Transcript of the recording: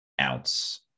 ounce